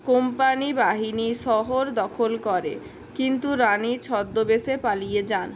company বাহিনী শহর দখল করে কিন্তু রানী ছদ্মবেশে পালিয়ে যান